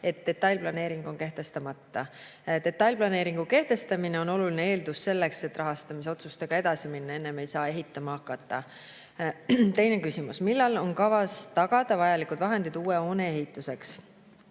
et detailplaneering on kehtestamata. Detailplaneeringu kehtestamine on oluline eeldus selleks, et rahastamisotsustega edasi minna, enne ei saa ehitama hakata. Teine küsimus: "Millal on kavas tagada vajalikud vahendid uue hoone ehituseks?"